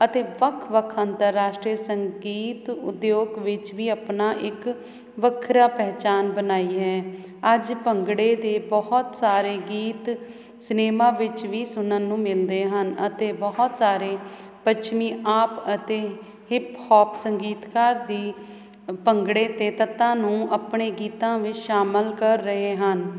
ਅਤੇ ਵੱਖ ਵੱਖ ਅੰਤਰਰਾਸ਼ਟਰੀ ਸੰਗੀਤ ਉਦਯੋਗ ਵਿੱਚ ਵੀ ਆਪਣੀ ਇੱਕ ਵੱਖਰੀ ਪਹਿਚਾਣ ਬਣਾਈ ਹੈ ਅੱਜ ਭੰਗੜੇ ਦੇ ਬਹੁਤ ਸਾਰੇ ਗੀਤ ਸਿਨੇਮਾ ਵਿੱਚ ਵੀ ਸੁਣਨ ਨੂੰ ਮਿਲਦੇ ਹਨ ਅਤੇ ਬਹੁਤ ਸਾਰੇ ਪੱਛਮੀ ਆਪ ਅਤੇ ਹਿਪਹੋਪ ਸੰਗੀਤਕਾਰ ਦੀ ਭੰਗੜੇ ਅਤੇ ਤੱਤਾਂ ਨੂੰ ਆਪਣੇ ਗੀਤਾਂ ਵਿੱਚ ਸ਼ਾਮਿਲ ਕਰ ਰਹੇ ਹਨ